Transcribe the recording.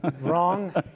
Wrong